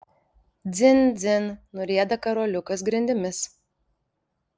dzin dzin nurieda karoliukas grindimis